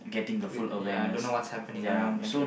with ya don't know what's happening around okay